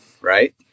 Right